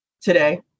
today